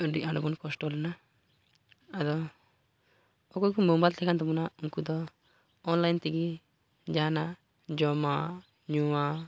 ᱟᱹᱰᱤ ᱟᱸᱴᱵᱚᱱ ᱠᱚᱥᱴᱚ ᱞᱮᱱᱟ ᱟᱫᱚ ᱚᱠᱚᱭ ᱠᱚ ᱢᱳᱵᱟᱭᱤᱞ ᱛᱟᱦᱮᱸᱠᱟᱱ ᱛᱟᱵᱚᱱᱟ ᱩᱱᱠᱩ ᱫᱚ ᱚᱱᱞᱟᱭᱤᱱ ᱛᱮᱜᱮ ᱡᱟᱦᱟᱱᱟᱜ ᱡᱚᱢᱟᱜ ᱧᱩᱣᱟᱜ